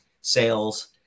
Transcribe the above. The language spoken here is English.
sales